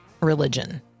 religion